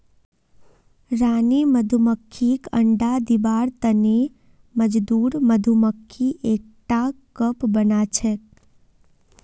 रानी मधुमक्खीक अंडा दिबार तने मजदूर मधुमक्खी एकटा कप बनाछेक